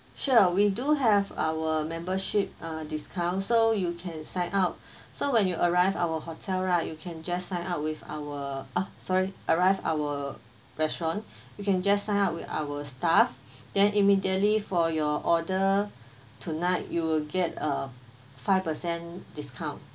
sure we do have our membership uh discount so you can sign up so when you arrive our hotel right you can just sign up with our uh sorry arrive our restaurant you can just sign up with our staff then immediately for your order tonight you will get a five percent discount